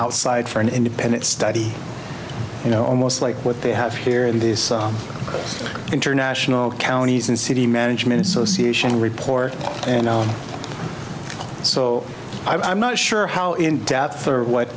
outside for an independent study you know almost like what they have here in these international counties and city management association report and so i'm not sure how in doubt for what